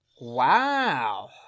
Wow